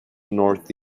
north